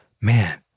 man